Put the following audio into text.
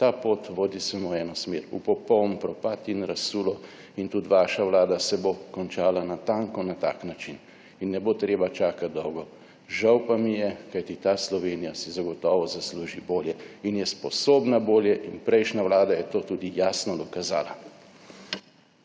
Ta pot vodi samo v eno smer, v popoln propad in razsulo. In tudi vaša Vlada se bo končala natanko na tak način in ne bo treba čakati dolgo. Žal pa mi je, kajti ta Slovenija si zagotovo zasluži bolje in je sposobna bolje in prejšnja Vlada je to tudi jasno dokazala.